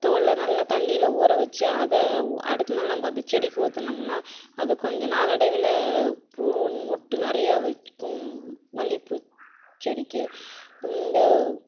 தோலை நல்லா தண்ணியில் ஊற வச்சு அதை அடுத்த நாள் நம்ம அந்த செடிக்கு ஊற்றுனோம்னா அது கொஞ்சம் நாளடைவில் பூவும் மொட்டு நிறையா வைக்கும் மல்லிகைப்பூ செடிக்கு இந்த